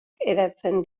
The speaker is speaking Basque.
hedatzen